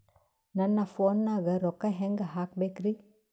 ನನ್ನ ಫೋನ್ ನಾಗ ರೊಕ್ಕ ಹೆಂಗ ಹಾಕ ಬೇಕ್ರಿ?